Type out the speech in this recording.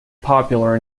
popular